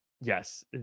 Yes